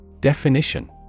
Definition